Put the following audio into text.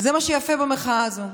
וזה מה שיפה במחאה הזו: